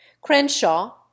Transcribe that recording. Crenshaw